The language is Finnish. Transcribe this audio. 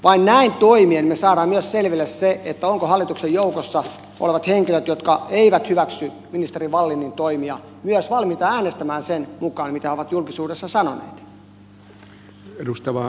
vain näin toimien me saamme myös selville sen ovatko hallituksen joukossa olevat henkilöt jotka eivät hyväksy ministeri wallinin toimia myös valmiita äänestämään sen mukaan mitä he ovat julkisuudessa sanoneet